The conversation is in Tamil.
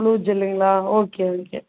ப்ளூ ஜெல்லுங்களா ஓகே ஓகே